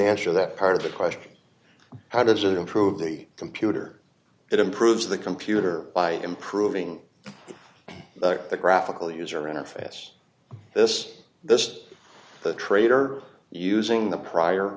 answer that part of the question how does it improve the computer it improves the computer by improving the graphical user interface this this trade or using the prior